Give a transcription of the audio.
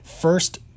first